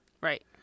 right